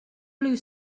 blue